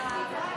תודה רבה.